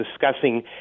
discussing